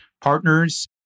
partners